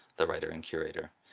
the writer and curator.